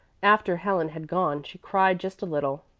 after helen had gone she cried just a little.